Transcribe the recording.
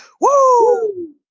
Woo